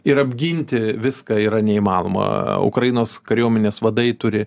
ir apginti viską yra neįmanoma ukrainos kariuomenės vadai turi